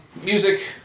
music